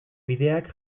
bideak